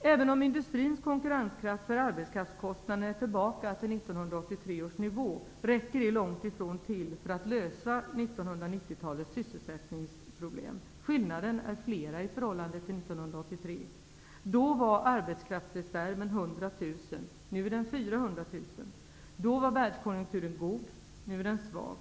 Även om industrins konkurrenskraft när det gäller arbetskraftskostnaderna är tillbaka på 1983 års nivå, räcker det långtifrån till för att lösa 1990-talets sysselsättningsproblem. Skillnaderna är flera i förhållande till 1983. Då var arbetskraftsreserven 100 000. Nu är den 400 000. Då var världskonjunkturen god. Nu är den svag.